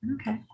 Okay